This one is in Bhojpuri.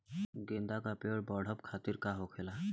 गेंदा का पेड़ बढ़अब खातिर का होखेला?